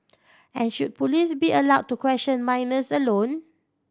and should police be allowed to question minors alone